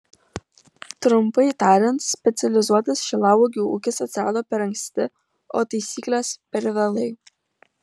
trumpai tariant specializuotas šilauogių ūkis atsirado per anksti o taisyklės per vėlai